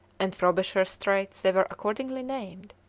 and frobisher's straits they were accordingly named,